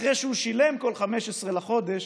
אחרי שהוא שילם כל 15 בחודש,